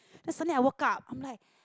then suddenly I woke up I'm like